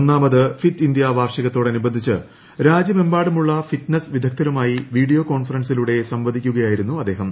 ഒന്നാമത് fit India വാർഷികത്തോട് അനുബന്ധിച്ച് രാജ്യമെമ്പാടുമുള്ള ഫിറ്റ്നസ്സ് വിദഗ്ധരുമായി വീഡിയോ കോൺഫറൻസിലൂടെ സംവദിക്കുകയായിരുന്നു അദ്ദേഹം